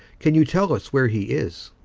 can you tell us where he is?